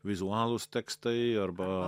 vizualūs tekstai arba